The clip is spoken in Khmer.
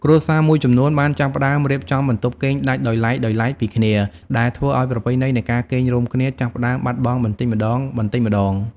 គ្រួសារមួយចំនួនបានចាប់ផ្តើមរៀបចំបន្ទប់គេងដាច់ដោយឡែកៗពីគ្នា ដែលធ្វើឱ្យប្រពៃណីនៃការគេងរួមគ្នាចាប់ផ្តើមបាត់បង់បន្តិចម្តងៗ។